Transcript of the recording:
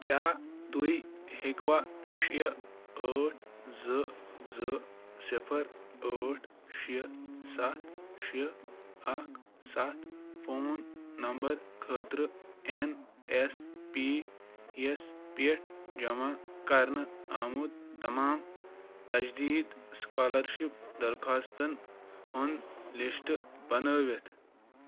کیٛاہ تُہۍ ہیٚکوا شیٚے ٲٹھ زٕ زٕ صِفر ٲٹھ شیٚے سَتھ شیٚے اکھ سَتھ فون نَمبر فون نمبر خٲطرٕ این اٮ۪س پی یَس پٮ۪ٹھ جمع کرنہٕ آمُت تمام تجدیٖد سُکالرشِپ درخواستن ہُنٛد لسٹ بنٲوِتھ